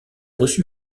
reçu